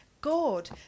God